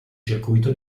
circuito